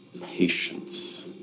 patience